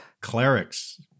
clerics